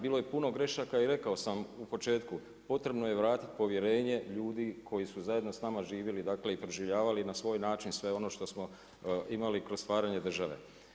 Bilo je puno grešaka i rekao sam u početku, potrebno je vratiti povjerenje ljudi koji su zajedno s nama živjeli, dakle i proživljavali na svoj način sve ono što smo imali kroz stvaranje države.